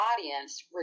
audience